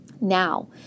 Now